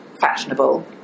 fashionable